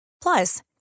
Plus